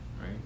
Right